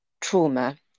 trauma